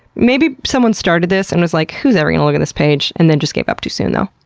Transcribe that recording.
maybe someone started this and was like, who's ever gonna look at this page? and then just gave up too soon though.